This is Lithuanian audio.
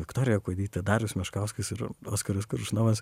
viktorija kuodytė darius meškauskas ir oskaras koršunovas